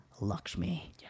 Lakshmi